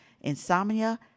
Insomnia